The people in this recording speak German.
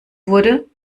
wurde